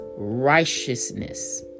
righteousness